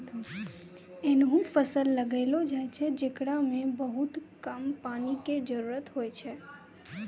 ऐहनो फसल लगैलो जाय छै, जेकरा मॅ बहुत कम पानी के जरूरत होय छै